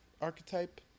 archetype